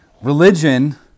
Religion